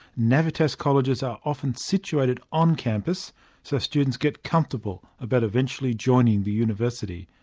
navitas colleges are often situated on campus so students get comfortable about eventually joining the university.